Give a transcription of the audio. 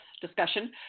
discussion